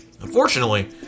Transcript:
Unfortunately